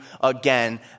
again